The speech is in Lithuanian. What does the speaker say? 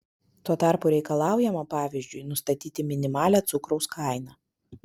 tuo tarpu reikalaujama pavyzdžiui nustatyti minimalią cukraus kainą